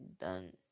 done